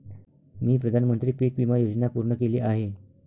मी प्रधानमंत्री पीक विमा योजना पूर्ण केली आहे